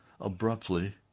abruptly